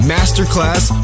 Masterclass